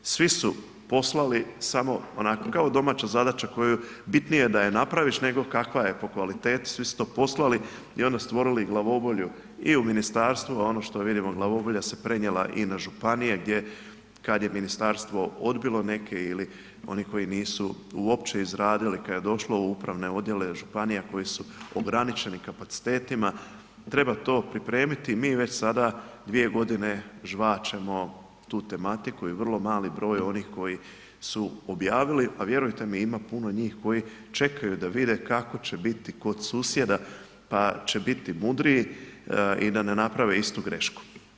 Svi su poslali, samo onako, kao domaća zadaća koju, bitnije da ju napraviš nego kakva je po kvaliteti, svi tu to poslali i onda stvorili glavobolju i u ministarstvu, a ono što vidimo, glavobolja se prenijela i na županije gdje, kad je ministarstvo odbilo neke ili oni koji nisu uopće izradili kad je došlo u upravne odjele, županija koje su ograničeni kapacitetima, treba to pripremiti, mi već sada dvije godine žvačemo tu tematiku i vrlo mali broj je onih koji su objavili, a vjerujte mi ima puno njih koji čekaju da vide kako će biti kod susjeda pa će biti mudriji i da ne naprave istu grešku.